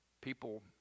People